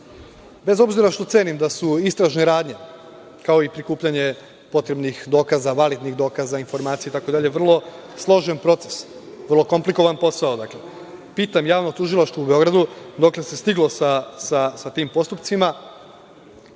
obzira što cenim da su istražne radnje, kao i prikupljanje potrebnih dokaza, validnih dokaza, informacija itd. vrlo složen proces, vrlo komplikovan posao, pitam javno tužilaštvo u Beogradu dokle se stiglo sa tim postupcima